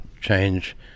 change